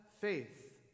faith